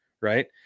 right